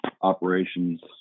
operations